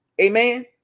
amen